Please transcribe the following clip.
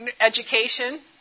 education